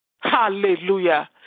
hallelujah